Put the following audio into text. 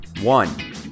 One